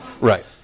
right